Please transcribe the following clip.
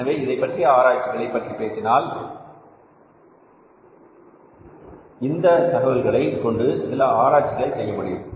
எனவே இதைப் பற்றிய ஆராய்ச்சிகளை பற்றி பேசினால் இந்த தகவல்களை கொண்டு சில ஆராய்ச்சிகளை செய்ய முடியும்